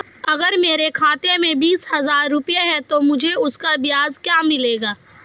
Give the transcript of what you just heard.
अगर मेरे खाते में बीस हज़ार रुपये हैं तो मुझे उसका ब्याज क्या मिलेगा?